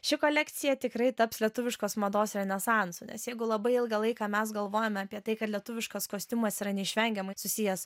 ši kolekcija tikrai taps lietuviškos mados renesansu nes jeigu labai ilgą laiką mes galvojome apie tai kad lietuviškas kostiumas yra neišvengiamai susijęs